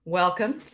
welcome